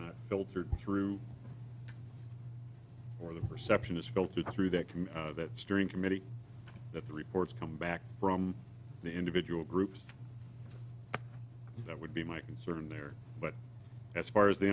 not filtered through or the perception is filtered through that that steering committee that the reports come back from the individual groups that would be my concern there but as far as the